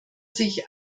sich